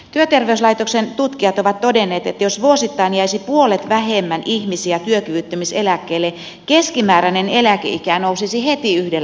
työterveyslaitoksen tutkijat ovat todenneet että jos vuosittain jäisi puolet vähemmän ihmisiä työkyvyttömyyseläkkeelle keskimääräinen eläkeikä nousisi heti yhdellä vuodella